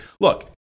Look